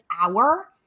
hour